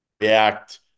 react